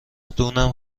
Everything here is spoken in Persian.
دونم